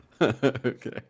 Okay